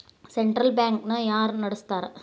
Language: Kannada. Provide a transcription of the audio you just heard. ಸೆಂಟ್ರಲ್ ಬ್ಯಾಂಕ್ ನ ಯಾರ್ ನಡಸ್ತಾರ?